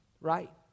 right